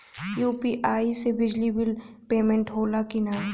UPI से बिजली bill payment होला कि न?